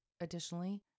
Additionally